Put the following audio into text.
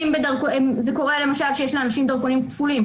זה קורה למשל כשיש לאנשים דרכונים כפולים,